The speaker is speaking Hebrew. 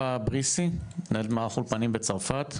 נאווה בראשי, מנהלת מערך אולפנים בצרפת.